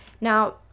now